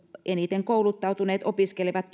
eniten kouluttautuneet opiskelevat